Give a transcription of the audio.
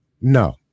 No